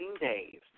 days